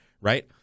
right